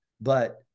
but-